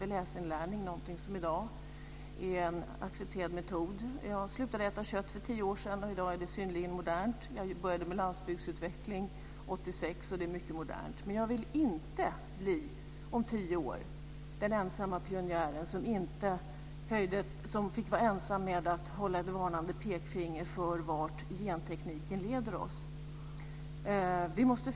För unga människor som drabbas av psykoser är det viktigt för att undvika ett livslångt lidande att psykosförloppet stoppas och hävs så fort som möjligt. En förutsättning för att det ska kunna ske är att vården är lättillgänglig för såväl patienter som anhöriga.